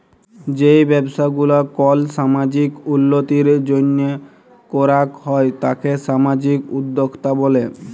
যেই ব্যবসা গুলা কল সামাজিক উল্যতির জন্হে করাক হ্যয় তাকে সামাজিক উদ্যক্তা ব্যলে